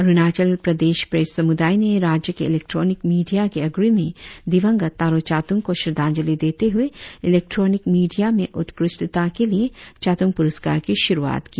Arunachal Pradesh press समुदाय ने राज्य के इलेट्रॉनिक मीडिया के अग्रणी दिवंगत तारो चातुंग को श्रद्धांज्लि देते हुए इलेक्ट्रॉनिक मीडिया में उत्कृष्टता के लिए चातुंग पुरस्कार कि शुरुआत की